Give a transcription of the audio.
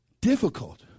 difficult